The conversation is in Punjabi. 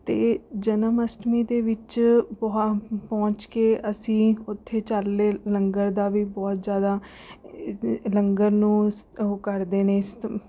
ਅਤੇ ਜਨਮ ਅਸ਼ਟਮੀ ਦੇ ਵਿੱਚ ਪੋਹਾ ਪਹੁੰਚ ਕੇ ਅਸੀਂ ਉੱਥੇ ਚੱਲ ਰਹੇ ਲੰਗਰ ਦਾ ਵੀ ਬਹੁਤ ਜ਼ਿਆਦਾ ਲੰਗਰ ਨੂੰ ਸ ਉਹ ਕਰਦੇ ਨੇ ਸ